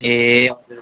ए